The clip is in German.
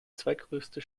zweitgrößte